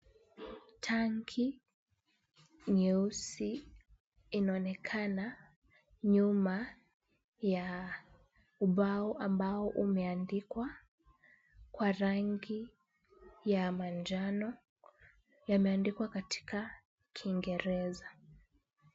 Tanki nyeusi inaonekana nyuma ya ubao ambao umeandikwa kwa rangi ya manjano. Yameandikwa katika Kingereza.